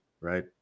right